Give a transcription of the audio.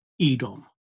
Edom